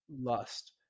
lust